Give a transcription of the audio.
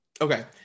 Okay